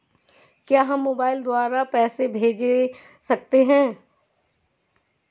क्या हम mobile number द्वारा पैसे भेज सकते हैं?